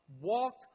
walked